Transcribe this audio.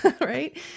right